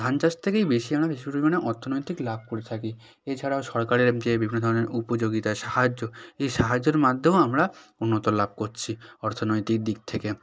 ধান চাষ থেকেই বেশি আমরা বেশি পরিমানে অর্থনৈতিক লাভ করে থাকি এছাড়াও সরকারের যে বিভিন্ন ধরনের উপযোগিতা সাহায্য এই সাহায্যের মাধ্যমে আমরা উন্নতি লাভ করছি অর্থনৈতিক দিক থেকে